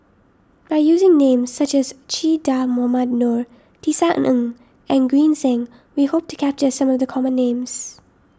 by using names such as Che Dah Mohamed Noor Tisa Ng and Green Zeng we hope to capture some of the common names